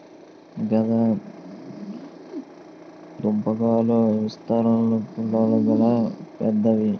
కంద దుంపాకులు విస్తరాకుల్లాగా పెద్దవి